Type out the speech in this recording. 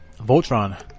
Voltron